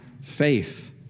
faith